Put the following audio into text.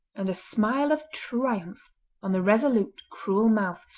and a smile of triumph on the resolute, cruel mouth,